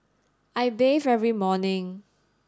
I bathe every morning